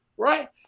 Right